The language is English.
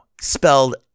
spelled